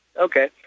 Okay